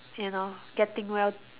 you know getting well